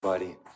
Buddy